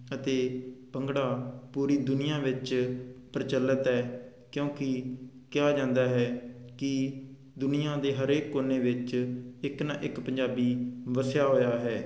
ਅਤੇ ਭੰਗੜਾ ਪੂਰੀ ਦੁਨੀਆਂ ਵਿੱਚ ਪ੍ਰਚਲਤ ਹੈ ਕਿਉਂਕਿ ਕਿਹਾ ਜਾਂਦਾ ਹੈ ਕਿ ਦੁਨੀਆਂ ਦੇ ਹਰੇਕ ਕੋਨੇ ਵਿੱਚ ਇੱਕ ਨਾ ਇੱਕ ਪੰਜਾਬੀ ਵਸਿਆ ਹੋਇਆ ਹੈ